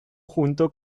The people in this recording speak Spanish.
junto